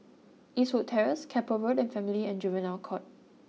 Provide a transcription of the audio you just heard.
Eastwood Terrace Keppel Road and Family and Juvenile Court